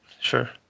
Sure